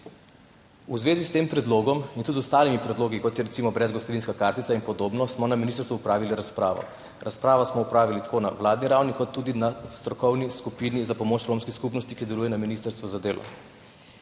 V zvezi s tem predlogom in tudi z ostalimi predlogi, kot je recimo brezgotovinska kartica in podobno, smo na ministrstvu opravili razpravo. Razpravo smo opravili tako na vladni ravni kot tudi na strokovni skupini za pomoč romski skupnosti, ki deluje na Ministrstvu za delo.